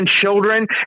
children